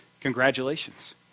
congratulations